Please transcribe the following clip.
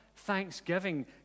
thanksgiving